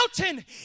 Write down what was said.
mountain